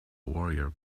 warrior